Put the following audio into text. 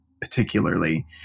particularly